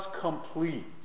complete